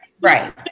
Right